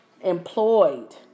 employed